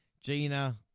Gina